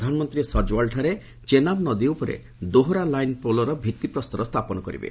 ପ୍ରଧାନମନ୍ତ୍ରୀ ସଜୱାଲ୍ଠାରେ ଚେନାବ ନଦୀ ଉପରେ ଦୋହରା ଲାଇନ୍ ପୋଲର ଭିଭିପ୍ରସ୍ତର ସ୍ଥାପନ କରିବେ